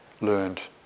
learned